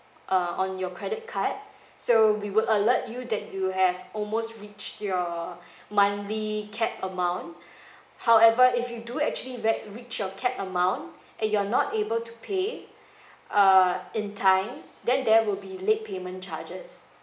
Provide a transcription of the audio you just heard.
uh on your credit card so we will alert you that you have almost reach your monthly cap amount however if you do actually re~ reach your cap amount and you're not able to pay uh in time then there will be late payment charges